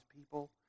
people